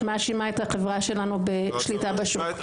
מאשימה את החברה שלנו בשליטה בשוק.